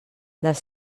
les